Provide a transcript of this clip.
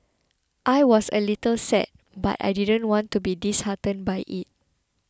I was a little sad but I didn't want to be disheartened by it